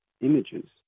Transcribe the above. Images